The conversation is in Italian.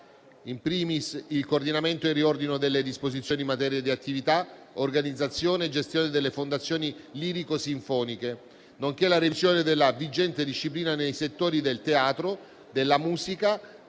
*in primis* il coordinamento e il riordino delle disposizioni in materia di attività, organizzazione e gestione delle fondazioni lirico-sinfoniche, nonché la revisione della vigente disciplina nei settori del teatro, della musica,